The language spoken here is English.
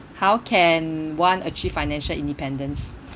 how can one achieve financial independence